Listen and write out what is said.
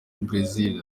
brezil